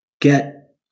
Get